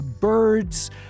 birds